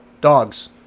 Dogs